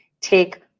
Take